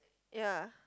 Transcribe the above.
ya